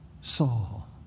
Saul